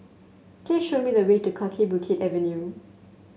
please show me the way to Kaki Bukit Avenue